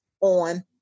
on